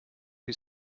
who